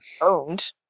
owned